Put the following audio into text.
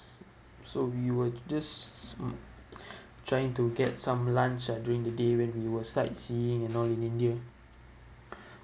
so we were just mm trying to get some lunch ah during the day when we were sightseeing you know in india